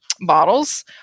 bottles